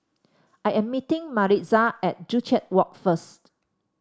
I am meeting Maritza at Joo Chiat Walk first